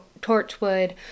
Torchwood